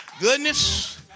goodness